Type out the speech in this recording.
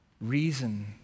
reason